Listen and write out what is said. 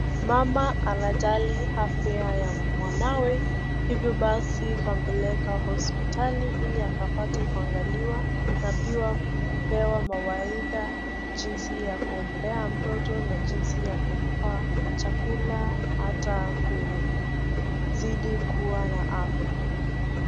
Mama anajali afya ya mwanawe hivyo basi kampeleka hospitali ili akapate kuangaliwa na pia kupewa mawaidha jinsi ya kumlea mtoto na jinsi ya kumpa chakula na hata kuzidi kuwa na afya.